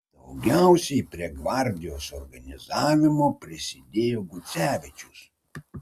daugiausiai prie gvardijos organizavimo prisidėjo gucevičius